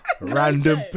Random